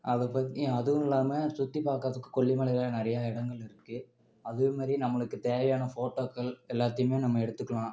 அதை பற்றி அதுவும் இல்லாம சுற்றி பார்க்கறதுக்கு கொல்லிமலையில் நிறைய இடங்கள் இருக்கு அதேமாரி நம்மளுக்குத் தேவையான ஃபோட்டோக்கள் எல்லாத்தையுமே நம்ம எடுத்துக்கலாம்